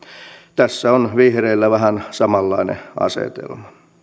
tässä on vihreillä vähän samanlainen asetelma